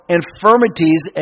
infirmities